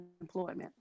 employment